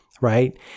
right